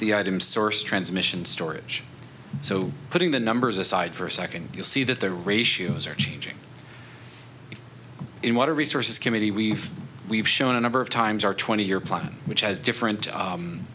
the items source transmission storage so putting the numbers aside for a second you'll see that the ratios are changing in water resources committee we've we've shown a number of times our twenty year plan which has different